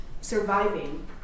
surviving